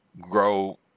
grow